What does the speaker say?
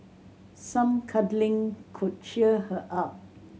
some cuddling could cheer her up